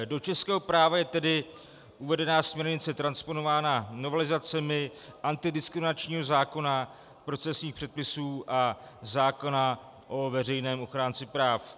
Do českého práva je tedy uvedená směrnice transponována novelizacemi antidiskriminačního zákona, procesních předpisů a zákona o veřejném ochránci práv.